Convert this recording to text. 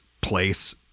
place